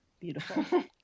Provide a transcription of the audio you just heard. Beautiful